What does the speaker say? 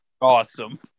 awesome